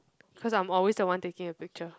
cause I'm always the one taking the picture